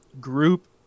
group